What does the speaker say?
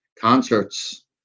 concerts